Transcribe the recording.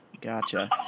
gotcha